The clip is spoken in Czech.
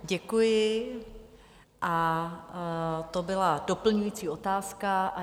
Děkuji a to byla doplňující otázka.